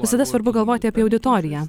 visada svarbu galvoti apie auditoriją